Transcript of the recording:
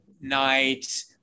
night